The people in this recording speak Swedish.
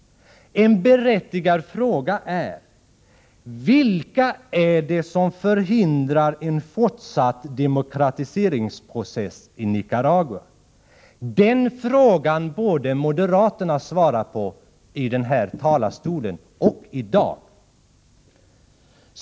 En berättigad fråga är: Vilka är det som förhindrar en fortsatt demokratiseringsprocess i Nicaragua? Den frågan borde moderaterna svara på från denna talarstol i dag.